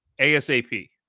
ASAP